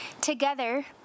Together